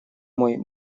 мой